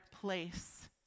place